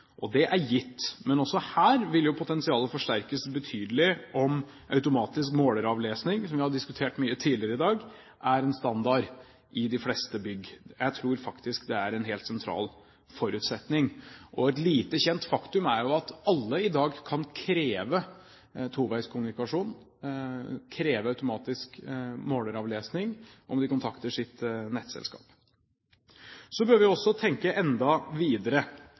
Og det er gitt. Men også her vil jo potensialet forsterkes betydelig om automatisk måleravlesning, som vi har diskutert mye tidligere i dag, er en standard i de fleste bygg. Jeg tror faktisk det er en helt sentral forutsetning. Et lite kjent faktum er at alle i dag kan kreve toveiskommunikasjon, kreve automatisk måleravlesning, om de kontakter sitt nettselskap. Så bør vi også tenke enda videre.